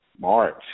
March